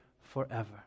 forever